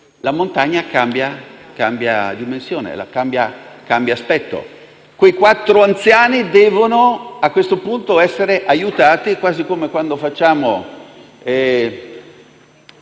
la montagna cambia dimensione, cambia aspetto. Quei quattro anziani, a questo punto, devono essere aiutati, quasi come quando d'inverno